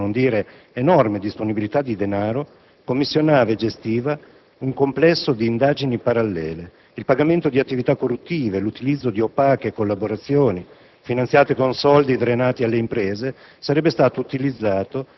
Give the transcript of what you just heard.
Non dobbiamo mai dimenticare che ciò con cui ci si deve misurare è un fatto di portata difficilmente comparabile con analoghe vicende nella storia repubblicana, se non altro per ampiezza e caratteristiche del sistema illegale e delle sue «vittime».